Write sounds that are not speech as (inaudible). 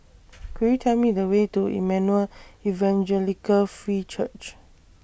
(noise) Could YOU Tell Me The Way to Emmanuel Evangelical Free Church